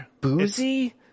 boozy